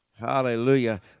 Hallelujah